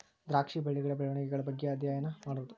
ದ್ರಾಕ್ಷಿ ಬಳ್ಳಿಗಳ ಬೆಳೆವಣಿಗೆಗಳ ಬಗ್ಗೆ ಅದ್ಯಯನಾ ಮಾಡುದು